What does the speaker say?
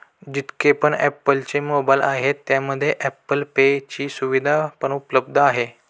जितके पण ॲप्पल चे मोबाईल आहे त्यामध्ये ॲप्पल पे ची सुविधा पण उपलब्ध आहे